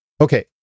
Okay